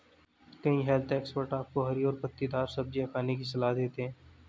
कई health expert आपको हरी और पत्तेदार सब्जियां खाने की सलाह देते हैं